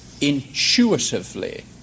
intuitively